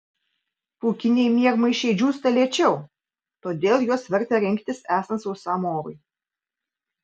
pūkiniai miegmaišiai džiūsta lėčiau todėl juos verta rinktis esant sausam orui